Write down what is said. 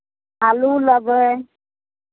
आलू लेबै